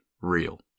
Real